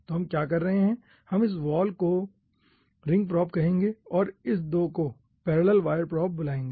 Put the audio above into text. तो हम क्या कर रहे हैं हम इस वाले को रिंग प्रोब कहेंगे और हम इन 2 को पैरेलल वायर प्रोब बुलाएंगे